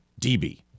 DB